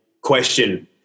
question